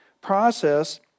process